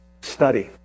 study